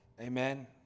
Amen